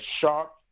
sharp